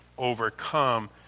overcome